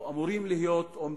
או אמורים להיות עומדים,